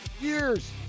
years